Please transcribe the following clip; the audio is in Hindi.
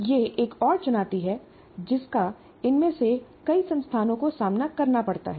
यह एक और चुनौती है जिसका इनमें से कई संस्थानों को सामना करना पड़ता है